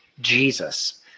Jesus